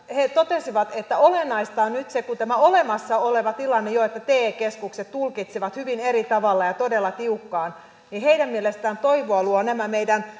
he totesivat että olennaista on nyt se kun tämä olemassa oleva tilanne jo on että te keskukset tulkitsevat hyvin eri tavalla ja todella tiukkaan että toivoa luovat nämä meidän